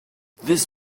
this